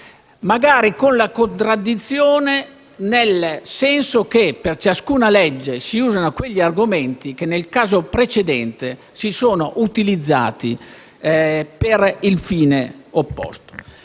magari con la contraddizione nel senso che, per ciascuna legge, si usano quegli argomenti che nel caso precedente si sono utilizzati per il fine opposto.